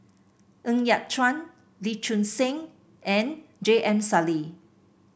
Ng Yat Chuan Lee Choon Seng and J M Sali